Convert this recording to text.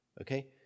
okay